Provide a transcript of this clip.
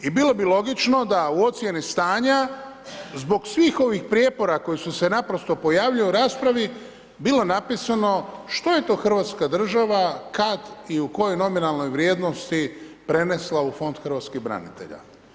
I bilo bi logično da u ocjeni stanja zbog svih ovih prijepora koji su se naprosto pojavljuju u raspravi bilo napisano što je to hrvatska država, kad i u kojoj nominalnoj vrijednosti prenesla u Fond hrvatskih branitelja.